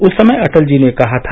उस समय अटल जी ने कहा था